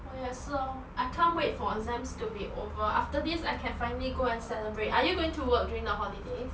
我也是哦 I can't wait for exams to be over after this I can finally go and celebrate are you going to work during the holidays